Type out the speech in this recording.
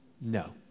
No